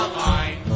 line